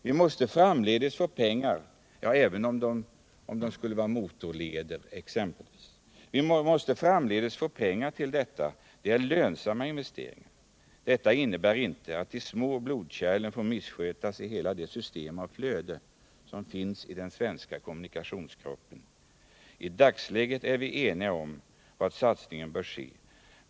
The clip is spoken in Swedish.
Vi måste framdeles få pengar till det — även om det skulle gälla exempelvis motorleder. Det är lönsamma investeringar. Detta innebär inte att de små blodkärlen får missskötas i hela det system av flöden som finns i den svenska kommunikationskroppen. I dagsläget är vi eniga om var satsningen bör göras.